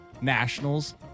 Nationals